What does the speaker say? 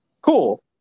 cool